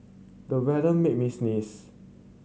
the weather made me sneeze